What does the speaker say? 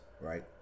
right